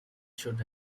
should